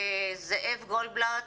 זאב גולדבלט